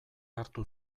hartu